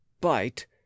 bite